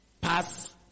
pass